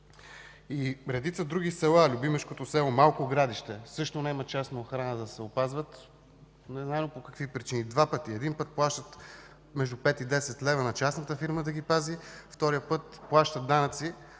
в редица други села – любимешкото село Малко Градище също наема частна охрана, за да се опазват, незнайно по какви причини два пъти. Един път плащат между пет и десет лева на частната фирма, за да ги пази, вторият път плащат данъци